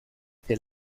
que